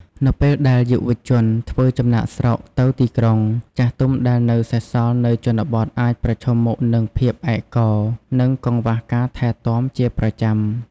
នៅពេលដែលយុវជនធ្វើចំណាកស្រុកទៅទីក្រុង ចាស់ទុំដែលនៅសេសសល់នៅជនបទអាចប្រឈមមុខនឹងភាពឯកកោ និងកង្វះការថែទាំជាប្រចាំ។